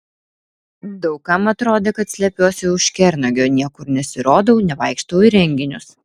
daug kam atrodė kad slepiuosi už kernagio niekur nesirodau nevaikštau į renginius